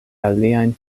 aliajn